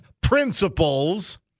principles